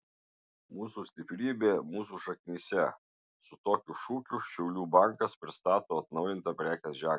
mūsų stiprybė mūsų šaknyse su tokiu šūkiu šiaulių bankas pristato atnaujintą prekės ženklą